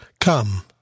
Come